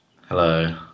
Hello